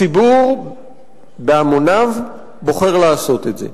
הציבור בהמוניו בוחר לעשות את זה.